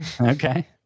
Okay